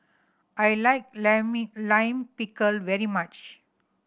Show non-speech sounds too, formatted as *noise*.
I like *unintelligible* Lime Pickle very much